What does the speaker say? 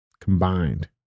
combined